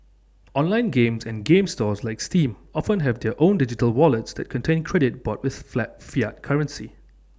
online games and game stores like steam often have their own digital wallets that contain credit bought with flat fiat currency